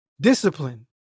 discipline